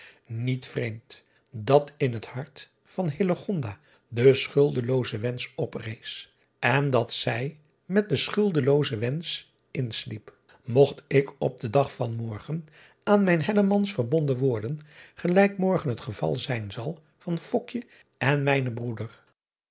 niet iet vreemd dat in het hart van de schuldelooze wensch oprees en dat zij met den schuldeloozen wensch insliep ogt ik op den dag van morgen aan mijn verbonden worden gelijk morgen het geval zijn zal van en mijnen broeder